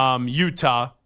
Utah